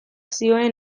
zioen